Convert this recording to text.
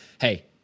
hey